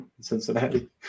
Cincinnati